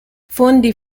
fondi